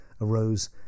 arose